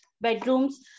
bedrooms